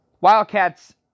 Wildcats